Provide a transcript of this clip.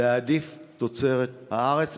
להעדיף תוצרת הארץ.